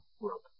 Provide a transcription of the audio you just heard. world